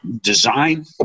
Design